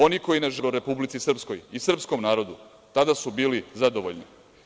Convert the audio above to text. Oni koji ne žele dobro Republici Srpskoj i srpskom narodu tada su bili zadovoljni.